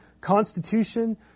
constitution